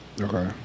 Okay